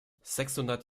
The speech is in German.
sechshundert